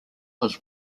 was